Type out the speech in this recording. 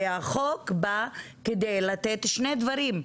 הרי החוק בא כדי לתת שני דברים: